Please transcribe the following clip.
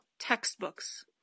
Textbooks